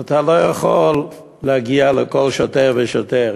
כי אתה לא יכול להגיע לכל שוטר ושוטר.